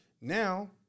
Now